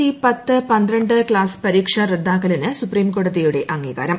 E പത്ത് പന്ത്രണ്ട് class പരീക്ഷ റദ്ദാക്കലിന് സുപ്രീംകോടതിയുടെ അംഗീകാരം